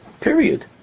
period